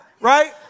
right